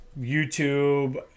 YouTube